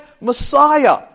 Messiah